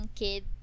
kid